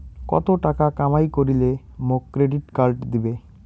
কত টাকা কামাই করিলে মোক ক্রেডিট কার্ড দিবে?